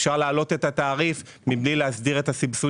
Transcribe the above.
אפשר להעלות את התעריף מבלי להסדיר את הסבסוד